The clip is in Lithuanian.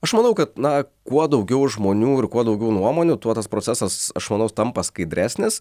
aš manau kad na kuo daugiau žmonių ir kuo daugiau nuomonių tuo tas procesas aš manau tampa skaidresnis